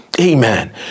Amen